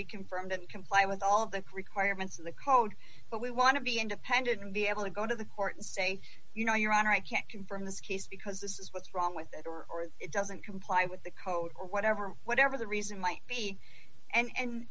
be confirmed and comply with all the requirements of the code but we want to be independent and be able to go to the court and say you know your honor i can't confirm this case because this is what's wrong with it or it doesn't comply with the code or whatever whatever the reason might be and